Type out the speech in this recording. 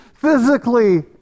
physically